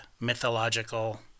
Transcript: mythological